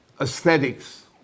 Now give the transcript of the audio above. aesthetics